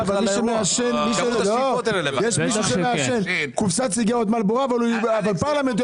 יש מי שמעשן קופסת סיגריות מלבורו אבל יעשן חצי קופסת פרלמנט.